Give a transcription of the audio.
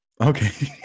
Okay